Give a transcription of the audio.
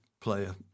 player